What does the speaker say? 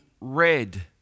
red